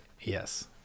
Yes